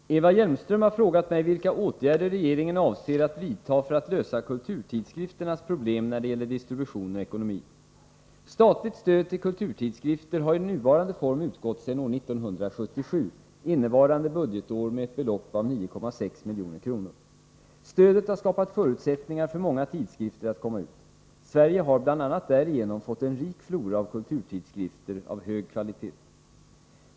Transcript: Herr talman! Eva Hjelmström har frågat mig vilka åtgärder regeringen avser att vidta för att lösa kulturtidskrifternas problem när det gäller distribution och ekonomi. Statligt stöd till kulturtidskrifter har i nuvarande form utgått sedan år 1977, innevarande budgetår med ett belopp av 9,6 milj.kr. Stödet har skapat förutsättningar för många tidskrifter att komma ut. Sverige har bl.a. därigenom fått en rik flora av kulturtidskrifter av hög kvalitet.